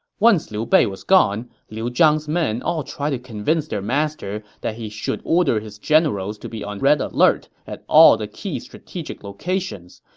once liu bei was gone, liu zhang's men all tried to convince their master that he should order his generals to be on red alert at all the key strategic locations,